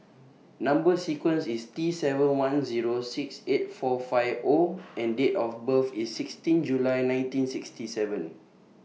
Number sequence IS T seven one Zero six eight four five O and Date of birth IS sixteen July nineteen sixty seven